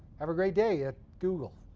have a great day at google.